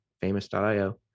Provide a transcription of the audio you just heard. famous.io